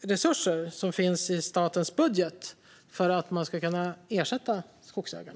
resurser som finns i statens budget för att man ska kunna ersätta skogsägarna.